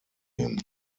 him